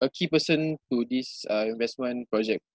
a key person to this uh investment project